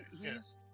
yes